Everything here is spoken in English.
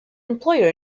employer